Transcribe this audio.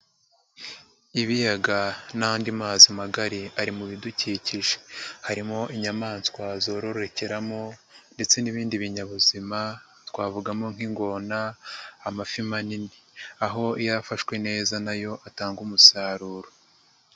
Ibiyaga n'andi mazi magari ari mu bidukikije. Harimo inyamaswa zororokeramo ndetse n'ibindi binyabuzima twavugamo nk'ingona, amafi manini. Aho iyo afashwe neza na yo atanga umusaruro.